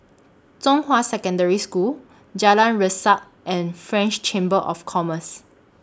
Zhonghua Secondary School Jalan Resak and French Chamber of Commerce